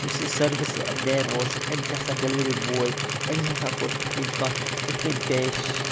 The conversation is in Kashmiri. یُس یہِ سٔروِس مین اوس أمۍ تہِ ہَسا ڈِلؤری بوے أمۍ ہَسا کوٚر تِتھ کَنۍ کَتھ تِتھ کَنۍ پیش